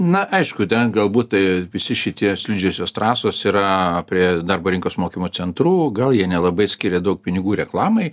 na aišku ten galbūt visi šitie slidžiosios trasos yra prie darbo rinkos mokymo centrų gal jie nelabai skiria daug pinigų reklamai